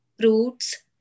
fruits